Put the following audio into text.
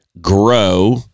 grow